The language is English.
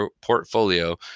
portfolio